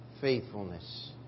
faithfulness